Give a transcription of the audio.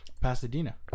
Pasadena